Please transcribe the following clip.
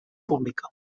pública